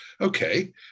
Okay